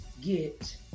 get